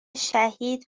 شهید